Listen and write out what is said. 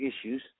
issues